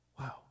Wow